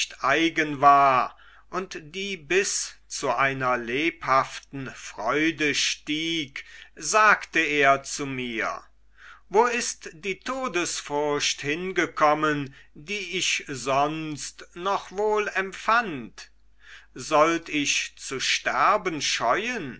eigen war und die bis zu einer lebhaften freude stieg sagte er zu mir wo ist die todesfurcht hingekommen die ich sonst noch wohl empfand sollt ich zu sterben scheuen